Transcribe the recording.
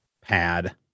pad